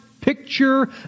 picture